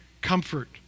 comfort